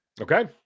Okay